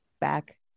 back